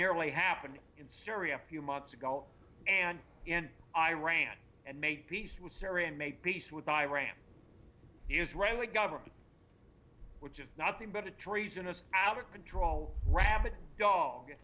nearly happened in syria few months ago and iran and make peace with syria and make peace with iran the israeli government which is nothing but a treasonous out of control rabid dog